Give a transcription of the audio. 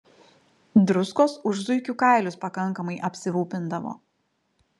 druskos už zuikių kailius pakankamai apsirūpindavo